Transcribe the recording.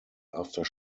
after